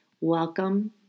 welcome